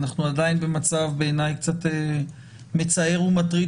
אנחנו עדיין במצב בעיניי מצער ומטריד